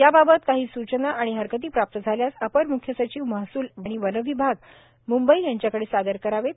याबाबत काही सूचना आणि हरकती प्राप्त झाल्यास अपर म्ख्य सचिव महसूल आणि वन विभाग मुंबई यांच्याकडे सादर करावेत